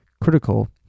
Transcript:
critical